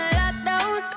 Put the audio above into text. lockdown